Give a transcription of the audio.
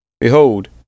Behold